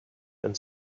and